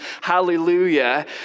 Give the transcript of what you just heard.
Hallelujah